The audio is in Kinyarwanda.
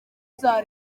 bya